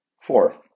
Fourth